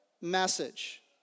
message